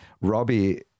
Robbie